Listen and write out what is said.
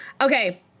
Okay